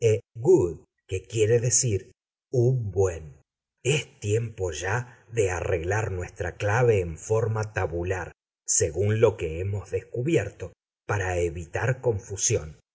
dos primeras palabras son a good un buen es tiempo ya de arreglar nuestra clave en forma tabular según lo que hemos descubierto para evitar confusión